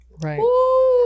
Right